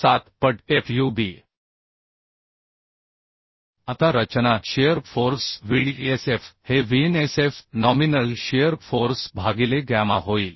7 पट fub आता रचना शिअर फोर्स Vdsf हे Vnsf नॉमिनल शिअर फोर्स भागिले गॅमा होईल